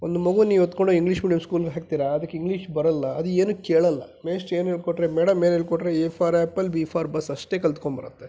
ಒಂದ್ ಮಗು ನೀವು ಎತ್ಕೊಂಡು ಹೋಗಿ ಇಂಗ್ಲೀಷ್ ಮೀಡಿಯಮ್ ಸ್ಕೂಲ್ಗೆ ಹಾಕ್ತಿರಾ ಅದಕ್ಕೆ ಇಂಗ್ಲೀಷ್ ಬರಲ್ಲ ಅದು ಏನು ಕೇಳಲ್ಲ ಮೇಷ್ಟ್ರು ಏನು ಹೇಳಿಕೊಟ್ರೆ ಮೇಡಮ್ ಏನು ಹೇಳಿಕೊಟ್ರೆ A for apple B for bus ಅಷ್ಟೆ ಕಲುತ್ಕೊಂಬರುತ್ತೆ